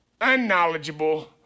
unknowledgeable